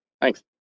thanks